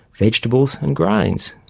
vegetables and grains.